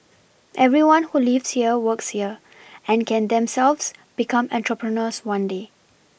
everyone who lives here works here and can themselves become entrepreneurs one day